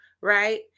right